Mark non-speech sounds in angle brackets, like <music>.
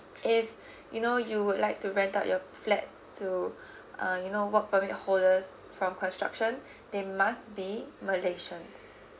if <breath> you know you would like to rent out your flats to <breath> uh you know work permit holders from construction <breath> they must be malaysian